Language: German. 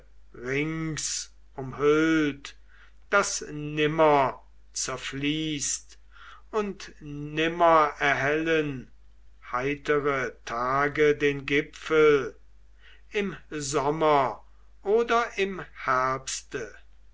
umhüllt das nimmer zerfließt und nimmer erhellen heitere tage den gipfel im sommer oder im herbste